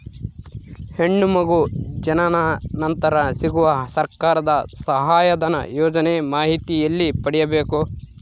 ಹೆಣ್ಣು ಮಗು ಜನನ ನಂತರ ಸಿಗುವ ಸರ್ಕಾರದ ಸಹಾಯಧನ ಯೋಜನೆ ಮಾಹಿತಿ ಎಲ್ಲಿ ಪಡೆಯಬೇಕು?